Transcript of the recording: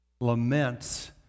laments